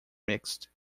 mixed